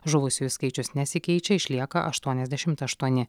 žuvusiųjų skaičius nesikeičia išlieka aštuoniasdešimt aštuoni